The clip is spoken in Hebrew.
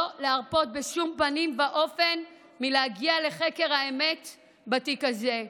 לא להרפות בשום פנים באופן מלהגיע לחקר האמת בתיק הזה.